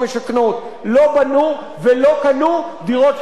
לא בנו ולא קנו דירות של דיור ציבורי.